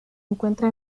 encuentra